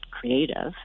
creative